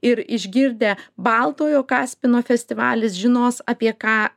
ir išgirdę baltojo kaspino festivalis žinos apie ką